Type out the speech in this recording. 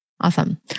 Awesome